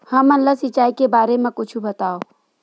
हमन ला सिंचाई के बारे मा कुछु बतावव?